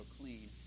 clean